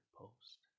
post